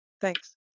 Thanks